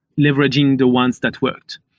leveraging the ones that works.